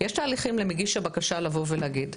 יש תהליכים למגיש הבקשה לבוא ולהגיד.